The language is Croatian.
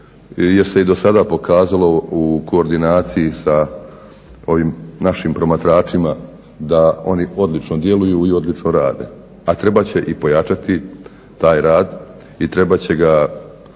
jer se i dosada pokazalo u koordinaciji sa ovim našim promatračima da oni odlično djeluju i odlično rade. A trebat će i pojačati taj rad i trebat će ga